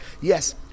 yes